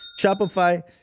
Shopify